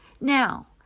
Now